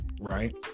right